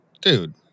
dude